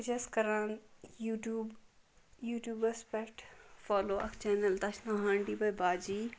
بہٕ چھَس کَران یوٗ ٹیٛوٗب یوٗٹیٛوٗبَس پیٚٹھ فالوٗ اَکھ چَنل تتھ چھُ ناو ہانٛڈی باے باجی